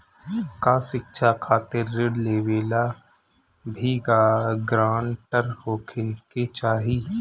का शिक्षा खातिर ऋण लेवेला भी ग्रानटर होखे के चाही?